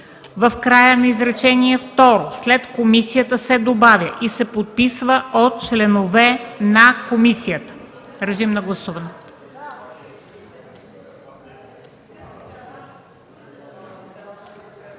в края на изречение второ след „комисията” се добавя „и се подписва от членове на комисията”. Режим на гласуване!